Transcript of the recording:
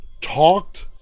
talked